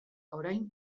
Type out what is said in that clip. orain